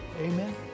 Amen